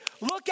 look